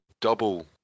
double